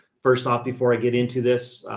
first off before i get into this,